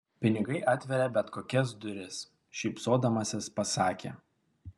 pinigai atveria bet kokias duris šypsodamasis pasakė